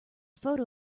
photo